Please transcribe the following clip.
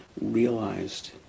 realized